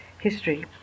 history